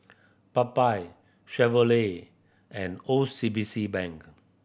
Popeye Chevrolet and O C B C Bank